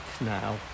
now